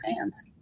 fans